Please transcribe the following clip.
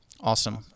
Awesome